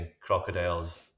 crocodiles